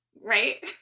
Right